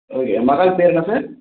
okay மஹால் பேயர் என்ன சார்